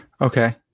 Okay